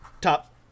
top